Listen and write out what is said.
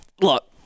look